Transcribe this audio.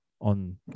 on